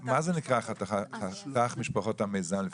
מה זה נקרא חתך משפחות המיזם לפי גילים?